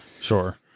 Sure